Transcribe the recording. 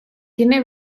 tiene